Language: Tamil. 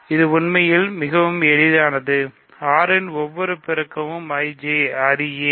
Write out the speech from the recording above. இது உண்மையில் மிகவும் எளிதானது 6 இன் ஒவ்வொரு பெருக்கமும் IJ அது ஏன்